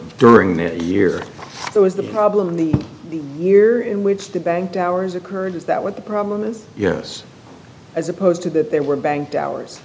during the year that was the problem the year in which the bank hours occurred is that what the problem is yes as opposed to that they were banked hours